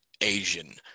asian